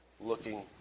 looking